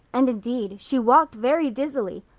and indeed, she walked very dizzily.